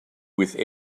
with